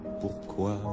pourquoi